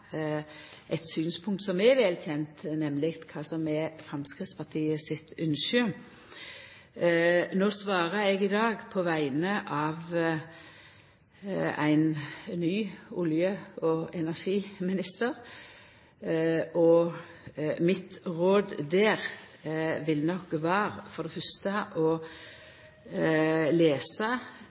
eit synspunkt som er vel kjent, nemleg kva som er Framstegspartiet sitt ynske. Eg svarar i dag på vegner av ein ny olje- og energiminister, og mitt råd vil nok for det fyrste vera å lesa